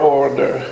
order